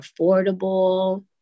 affordable